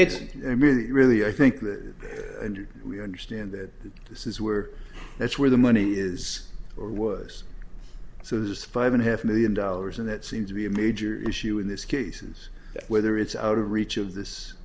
mean really i think that we understand that this is where that's where the money is or was so this five and a half million dollars and that seems to be a major issue in this cases whether it's out of reach of this